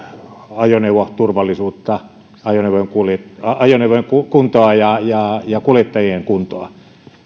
ajoneuvoturvallisuutta ajoneuvojen kuntoa kuin kuljettajien kuntoa